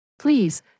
Please